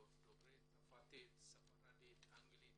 דוברי צרפתית, ספרדית, אנגלית